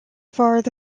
far